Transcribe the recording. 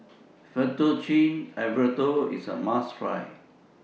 Fettuccine Alfredo IS A must Try